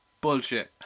Bullshit